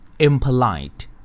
impolite